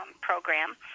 Program